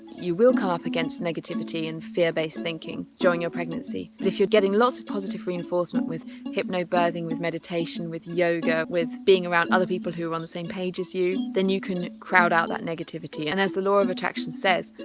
you will come up against negativity and fear-based thinking during your pregnancy but if you're getting lots of positive reinforcement with hypnobirthing, with meditation, with yoga, with being around other people who are on the same page as you, then you can crowd out that negativity, and as the law of attraction says,